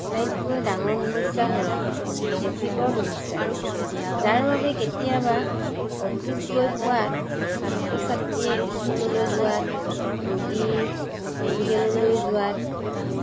আটাইতকৈ ডাঙৰ সমস্যা হ'ল ট্ৰেফিকৰ সমস্যা যাৰ বাবে কেতিয়াব অফিচ গৈ পোৱাত ছাত্ৰ ছাত্ৰীয়ে স্কুললৈ গৈ পোৱাত ৰোগী মেডিকেললৈ যোৱাত